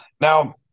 Now